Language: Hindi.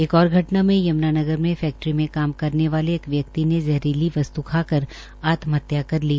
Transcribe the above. एक और घटना में यमुनानगर मे फैक्ट्री में काम करने वाले एक व्यक्ति ने जहरीली वस्त् खाकर आत्महत्या कर ली